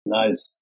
nice